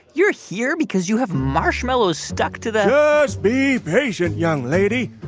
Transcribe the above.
you're here because you have marshmallows stuck to the. just be patient, young lady.